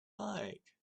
like